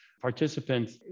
participants